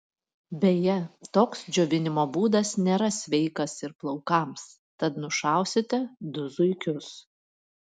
beje toks džiovinimo būdas nėra sveikas ir plaukams tad nušausite du zuikius